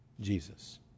Jesus